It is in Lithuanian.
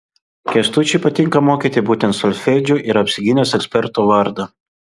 kęstučiui patinka mokyti būtent solfedžio yra apsigynęs eksperto vardą